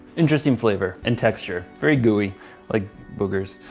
interesting flavor and texture very gooey like boogers.